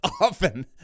Often